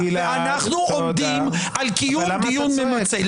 ואנחנו עומדים על קיום דיון ממצה.